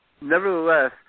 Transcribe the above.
Nevertheless